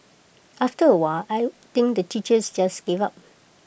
after A while I think the teachers just gave up